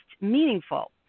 meaningful